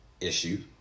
issue